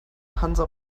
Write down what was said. hansa